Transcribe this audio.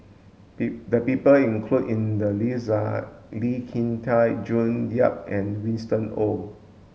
the people included in the list are Lee Kin Tat June Yap and Winston Oh